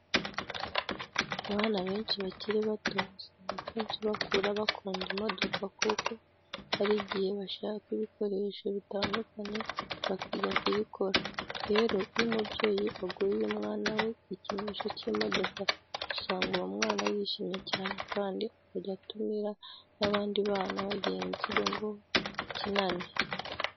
Abana benshi bakiri bato usanga akenshi bakura bakunda imodoka kuko hari n'igihe bashaka ibikoresho bitandukanye bakiga kuyikora. Rero iyo umubyeyi aguriye umwana we igikinisho cy'imodoka, usanga uwo mwana yishimye cyane kandi akajya atumira n'abandi bana bagenzi be ngo bakinane.